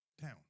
town